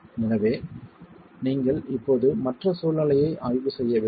எனவே நீங்கள் இப்போது மற்ற சூழ்நிலையை ஆய்வு செய்ய வேண்டும்